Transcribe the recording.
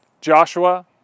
Joshua